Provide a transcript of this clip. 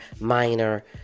minor